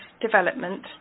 development